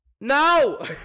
No